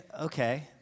Okay